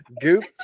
Goop